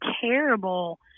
terrible